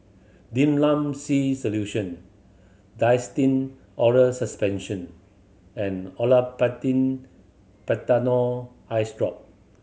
Dimlam C Solution Nystin Oral Suspension and Olapatin Patanol Eyesdrop